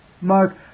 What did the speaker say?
mark